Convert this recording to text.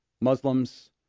Muslims